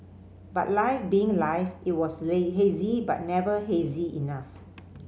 but life being life it was hazy but never hazy enough